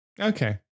Okay